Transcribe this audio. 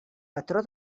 patró